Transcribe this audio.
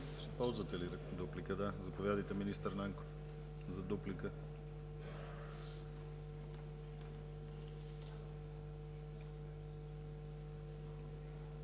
ползвате ли дуплика? Заповядайте, министър Нанков, за дуплика.